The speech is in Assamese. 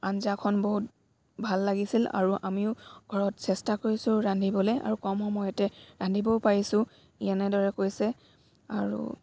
আঞ্জাখন বহুত ভাল লাগিছিল আৰু আমিও ঘৰত চেষ্টা কৰিছোঁ ৰান্ধিবলৈ আৰু কম সময়তে ৰান্ধিবও পাৰিছোঁ এনেদৰে কৈছে আৰু